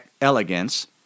Elegance